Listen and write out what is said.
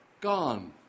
gone